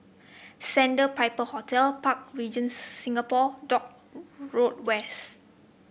Sandpiper Hotel Park Regis Singapore Dock Road West